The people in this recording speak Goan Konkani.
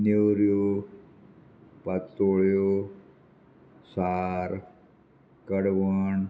नेवऱ्यो पातोळ्यो सार कडवण